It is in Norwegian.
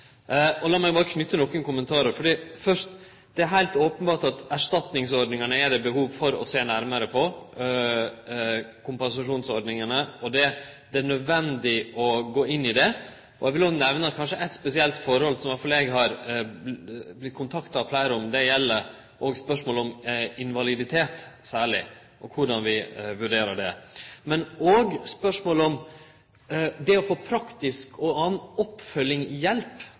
meg berre knyte nokre kommentarar til dette. For det først er det heilt openbert at det er behov for å sjå nærare på erstatningsordningane, kompensasjonsordningane. Det er nødvendig å gå inn i det. Eg vil òg nemne eit spesielt forhold som i alle fall eg har vorte kontakta av fleire om. Det gjeld særleg spørsmålet om invaliditet, korleis vi vurderer det, men òg spørsmålet om det å få praktisk og